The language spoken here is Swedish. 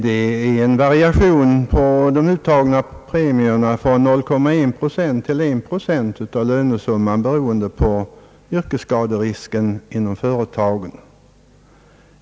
Det finns en variation på de uttagna premierna från 0,1 procent till 1 procent av lönesumman beroende på yrkesskaderisken inom företagen.